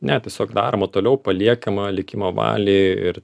ne tiesiog daroma toliau paliekama likimo valiai ir